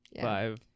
five